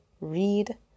read